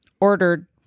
ordered